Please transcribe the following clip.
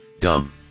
dumb